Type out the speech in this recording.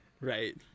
Right